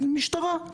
משטרה.